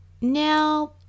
Now